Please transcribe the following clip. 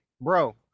bro